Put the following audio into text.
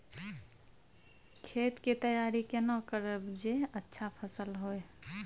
खेत के तैयारी केना करब जे अच्छा फसल होय?